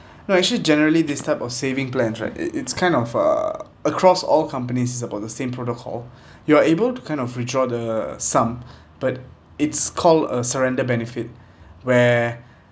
no actually generally this type of saving plans right it it's kind of a across all companies is about the same protocol you are able to kind of withdraw the sum but it's call a surrender benefit where